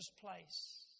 place